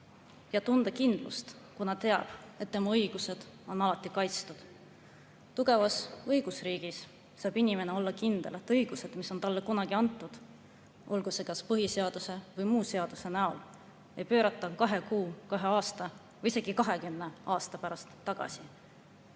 ja tunda kindlust, kuna teab, et tema õigused on alati kaitstud. Tugevas õigusriigis saab inimene olla kindel, et õigusi, mis on talle kunagi antud, olgu see põhiseaduse või muu seaduse näol, ei pöörata kahe kuu, kahe aasta või isegi 20 aasta pärast tagasi,